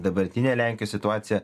dabartinė lenkijos situacija